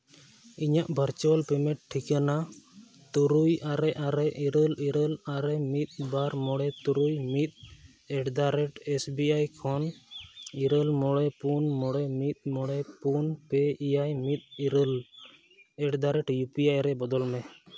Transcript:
ᱤᱧᱟᱹᱜ virtual payment ᱴᱷᱤᱠᱟᱹᱱᱟ ᱛᱩᱨᱩᱭ ᱟᱨᱮ ᱟᱨᱮ ᱤᱨᱟᱹᱞ ᱤᱨᱟᱹᱞ ᱟᱨᱮ ᱢᱤᱫ ᱵᱟᱨ ᱢᱚᱬᱮ ᱛᱩᱨᱩᱭ ᱢᱤᱫ ᱮᱴᱫᱟᱼᱨᱮᱹᱴ ᱮᱥ ᱵᱤ ᱟᱭ ᱠᱷᱚᱱ ᱤᱨᱟᱹᱞ ᱢᱚᱬᱮ ᱯᱩᱱ ᱢᱚᱬᱮ ᱢᱤᱫ ᱢᱚᱬᱮ ᱯᱩᱱ ᱯᱮ ᱮᱭᱟᱭ ᱢᱤᱫ ᱤᱨᱟᱹᱞ ᱮᱴᱫᱟᱼᱨᱮᱹᱴ ᱤᱭᱩ ᱯᱤ ᱟᱭ ᱨᱮ ᱵᱚᱫᱚᱞ ᱢᱮ